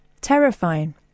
Terrifying